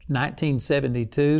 1972